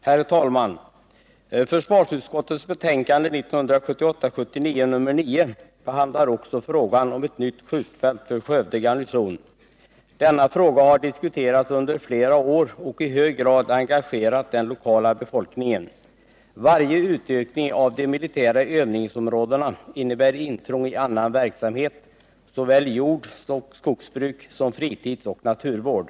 Herr talman! Försvarsutskottets betänkande 1978/79:9 behandlar också frågan om nytt skjutfält för Skövde garnison. Denna fråga har diskuterats under flera år och i hög grad engagerat den lokala befolkningen. Varje Nr 48 utökning av de militära övningsområdena innebär intrång i annan verksam Onsdagen den het, såväl jordoch skogsbruk som fritidsoch naturvård.